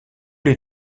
les